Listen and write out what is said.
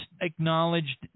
acknowledged